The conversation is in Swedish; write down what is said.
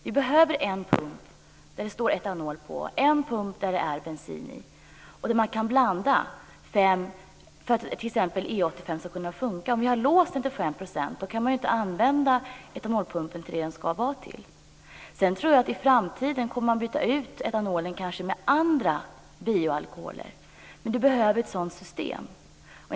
Det behövs en pump som det står etanol på och en pump som det finns bensin i. Om pumpen är låst vid 5 % kan etanolpumpen inte användas till det som den är avsedd för. I framtiden kommer man kanske att byta ut etanolen mot andra bioalkoholer, men vi behöver ett sådant system.